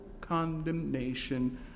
condemnation